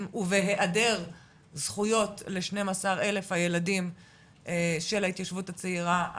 ובהעדר זכויות ל-12 אלף הילדים של ההתיישבות הצעירה,